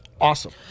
awesome